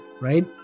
right